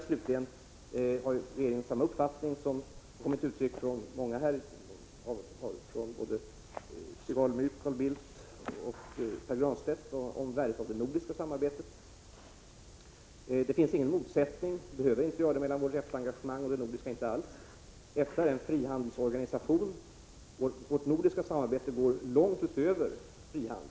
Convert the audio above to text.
Slutligen: Regeringen har samma uppfattning som den som har kommit till uttryck från många här i dag — från Stig Alemyr, Carl Bildt och Pär Granstedt —- om värdet av det nordiska samarbetet. Det finns inga motsättningar mellan vårt EFTA-engagemang och det nordiska engagemanget — det behöver inte finnas några sådana motsättningar. EFTA är en frihandelsorganisation. Vårt nordiska samarbete går långt utöver frihandelsområdet.